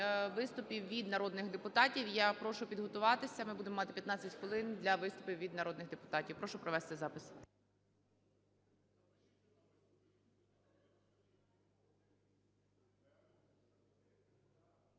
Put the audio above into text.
виступів від народних депутатів. Я прошу підготуватися, ми будемо мати 15 хвилин для виступів від народних депутатів. Прошу провести запис.